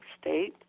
State